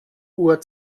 uhr